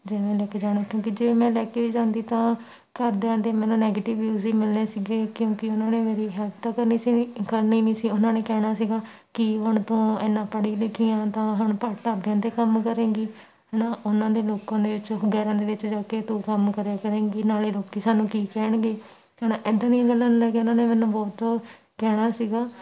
ਜਿਵੇਂ ਲੈ ਕੇ ਜਾਣਾ ਕਿਉਂਕਿ ਜੇ ਮੈਂ ਲੈ ਕੇ ਜਾਂਦੀ ਤਾਂ ਘਰਦਿਆਂ ਦੇ ਮੈਨੂੰ ਨੈਗੇਟਿਵ ਵਿਊਜ਼ ਹੀ ਮਿਲਣੇ ਸੀਗੇ ਕਿਉਂਕਿ ਉਹਨਾਂ ਨੇ ਮੇਰੀ ਹੈਲਪ ਤਾਂ ਕਰਨੀ ਸੀਗੀ ਕਰਨੀ ਨਹੀਂ ਸੀ ਉਹਨਾਂ ਨੇ ਕਹਿਣਾ ਸੀਗਾ ਕਿ ਹੁਣ ਤੂੰ ਐਨਾ ਪੜ੍ਹੀ ਲਿਖੀ ਹੈ ਤਾਂ ਹੁਣ ਭਾ ਢਾਬਿਆਂ 'ਤੇ ਕੰਮ ਕਰੇਂਗੀ ਹੈ ਨਾ ਉਹਨਾਂ ਦੇ ਲੋਕਾਂ ਦੇ ਵਿੱਚ ਗੈਰਾਂ ਦੇ ਵਿੱਚ ਜਾ ਕੇ ਤੂੰ ਕੰਮ ਕਰਿਆ ਕਰੇਂਗੀ ਨਾਲੇ ਲੋਕ ਸਾਨੂੰ ਕੀ ਕਹਿਣਗੇ ਅਤੇ ਹੁਣ ਇੱਦਾਂ ਦੀਆਂ ਗੱਲਾਂ ਨੂੰ ਲੈ ਕੇ ਉਹਨਾਂ ਨੇ ਮੈਨੂੰ ਬਹੁਤ ਕਹਿਣਾ ਸੀਗਾ